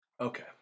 Okay